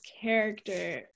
character